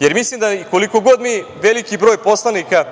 jer mislim da koliko god mi veliki broj poslanika